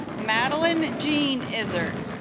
madeleine gene is red